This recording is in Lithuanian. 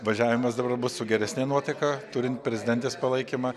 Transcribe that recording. važiavimas dabar ar bus su geresne nuotaika turint prezidentės palaikymą